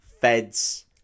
feds